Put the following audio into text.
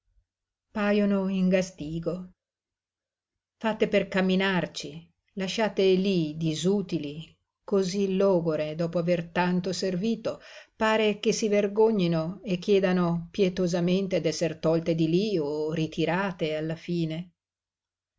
pajono in gastigo fatte per camminarci lasciate lí disutili cosí logore dopo aver tanto servito pare che si vergognino e chiedano pietosamente d'esser tolte di lí o ritirate alla fine